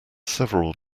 several